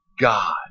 God